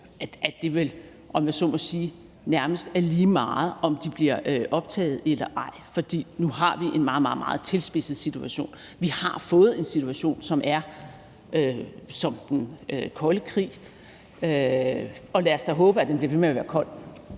sige, nærmest er lige meget, om de bliver optaget eller ej, fordi vi nu har en meget, meget tilspidset situation. Vi har fået en situation, der er som den kolde krig, og lad os da håbe, at den bliver ved med at være kold.